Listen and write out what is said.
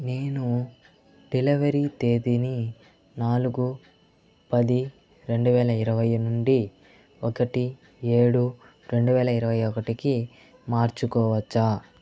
నేను డెలివరీ తేదీని నాలుగు పది రెండు వేల ఇరవై నుండి ఒకటి ఏడు రెండు వేల ఇరవై ఒకటికి మార్చుకోవచ్చా